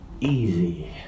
easy